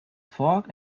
fork